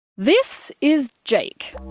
this is jake.